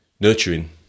nurturing